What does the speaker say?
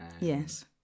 yes